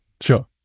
Sure